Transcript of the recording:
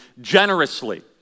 generously